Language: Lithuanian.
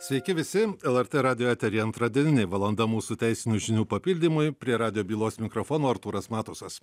sveiki visi el er tė radijo eteryje antardieninė valanda mūsų teisinių žinių papildymui prie radijo bylos mikrofono artūras matusas